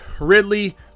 Ridley